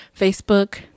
Facebook